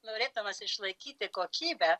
norėdamas išlaikyti kokybę